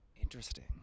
Interesting